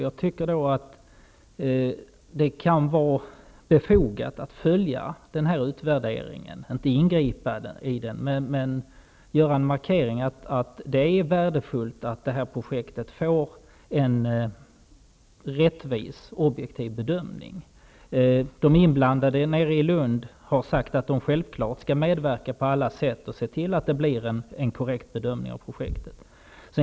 Det kan enligt min mening vara befogat att följa den här utvärderingen, inte ingripa i den, men göra en markering av att det är värdefullt att det här projektet får en rättvis, objektiv bedömning. De inblandade nere i Lund har sagt att de självfallet skall medverka på alla sätt och se till att det blir en korrekt bedömning av projektet.